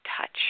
touch